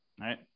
right